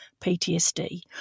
PTSD